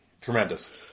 tremendous